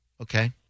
Okay